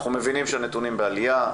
אנחנו מבינים שהנתונים בעלייה,